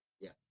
Yes